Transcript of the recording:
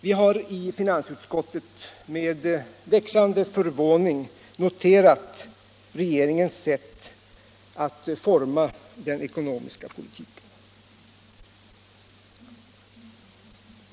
Vi har i finansutskottet med växande förvåning noterat regeringens sätt att forma den ekonomiska politiken.